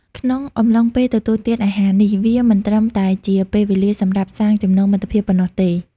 ក្នុងអំឡុងពេលទទួលទានអាហារនេះ វាមិនត្រឹមតែជាពេលវេលាសម្រាប់សាងចំណងមិត្តភាពប៉ុណោះទេ។